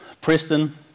Preston